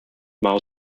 miles